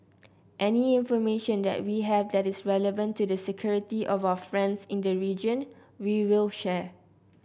any information that we have that is relevant to the security of our friends in the region we will share